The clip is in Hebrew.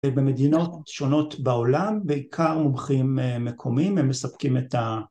במדינות שונות בעולם, בעיקר מומחים מקומיים הם מספקים את ה...